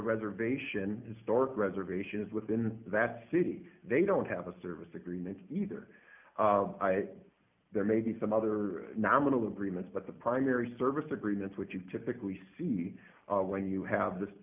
the reservation historic reservations within that city they don't have a service agreement either there may be some other nominal agreements but the primary service agreements which you typically see when you have th